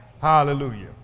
Hallelujah